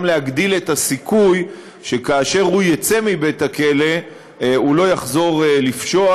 להגדיל את הסיכוי שכאשר הוא יצא מבית-הכלא הוא לא יחזור לפשוע,